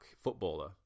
footballer